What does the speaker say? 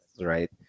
right